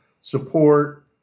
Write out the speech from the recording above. support